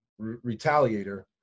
retaliator